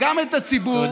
העסקים הקטנים,